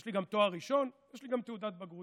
יש לי גם תואר ראשון, יש לי גם תעודת בגרות.